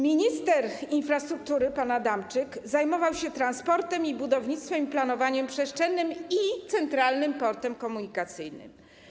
Minister infrastruktury pan Adamczyk zajmował się transportem i budownictwem, i planowaniem przestrzennym, i Centralnym Portem Komunikacyjnym.